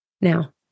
Now